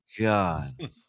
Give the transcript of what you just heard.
God